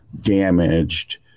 damaged